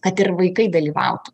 kad ir vaikai dalyvautų